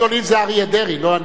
"דעת גדולים", זה אריה דרעי, לא אני.